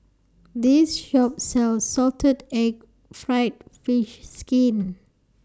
This Shop sells Salted Egg Fried Fish Skin